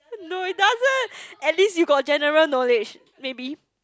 no it doesn't at least you got general knowledge maybe